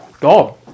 God